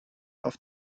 auf